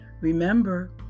Remember